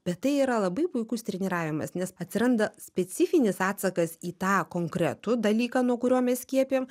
bet tai yra labai puikus treniravimas nes atsiranda specifinis atsakas į tą konkretų dalyką nuo kurio mes skiepijam